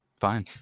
fine